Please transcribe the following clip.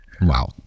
Wow